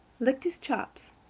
licked his chops,